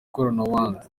koranabuhanga